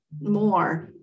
more